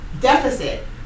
deficit